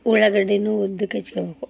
ಉಳ್ಳಾಗಡ್ಡಿಯೂ ಉದ್ದಕ್ಕೆ ಹೆಚ್ಕೊಳ್ಬೇಕು